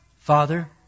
Father